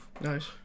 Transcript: Nice